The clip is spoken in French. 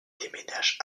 déménage